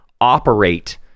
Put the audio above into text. operate